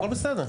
הכול בסדר.